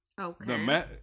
Okay